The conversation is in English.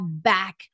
back